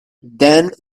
then